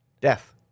Death